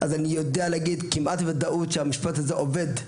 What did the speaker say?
אני יודע להגיד, כמעט בוודאות, שהמשפט הזה עובד.